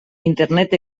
internet